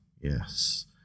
Yes